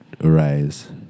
Arise